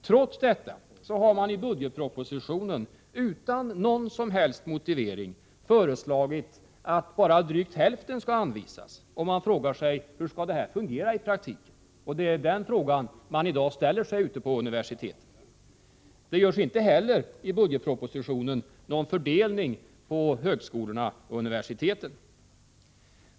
Trots detta har man i budgetpropositionen utan någon som helst motivering föreslagit att bara drygt hälften av denna summa skall anvisas. Man frågar sig hur det skall fungera i praktiken, och den frågan ställer människorna i dag ute på universiteten. Det görs inte någon fördelning på resp. högskola och universitet.